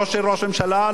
לא של ראש ממשלה,